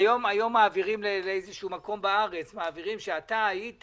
היום מעבירים לאיזה מקום בארץ מידע שאתה היית